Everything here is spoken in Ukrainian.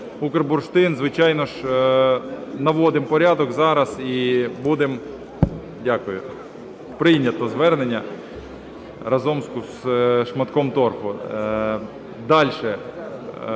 "Укрбурштин", звичайно ж, наводимо порядок зараз і будемо... Дякую. Прийнято звернення разом з шматком торфу. Дальше.